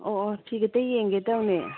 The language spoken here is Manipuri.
ꯑꯣ ꯑꯣ ꯐꯤ ꯈꯇ ꯌꯦꯡꯒꯦ ꯇꯧꯅꯦ